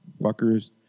fuckers